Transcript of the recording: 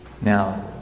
Now